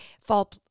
fall